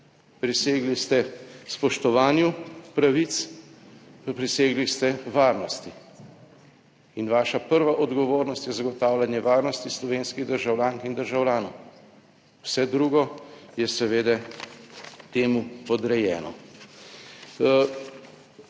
Prisegli ste spoštovanju pravic, prisegli ste varnosti. Vaša prva odgovornost je zagotavljanje varnosti slovenskih državljank in državljanov, vse drugo je seveda temu podrejeno.